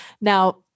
now